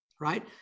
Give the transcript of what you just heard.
right